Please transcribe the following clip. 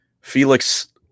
Felix